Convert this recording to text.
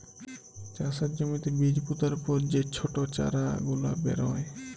চাষের জ্যমিতে বীজ পুতার পর যে ছট চারা গুলা বেরয়